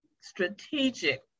strategic